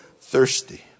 thirsty